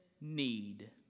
need